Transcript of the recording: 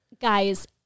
Guys